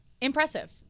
Impressive